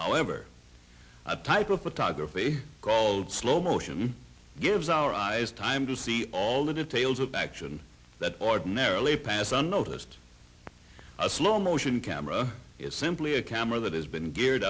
however a type of photography called slow motion gives our eyes time to see all the details of action that ordinarily pass unnoticed a slow motion camera is simply a camera that has been geared